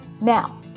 Now